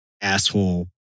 asshole